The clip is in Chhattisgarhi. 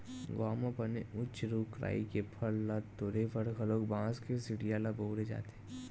गाँव म बने उच्च रूख राई के फर ल तोरे बर घलोक बांस के सिड़िया ल बउरे जाथे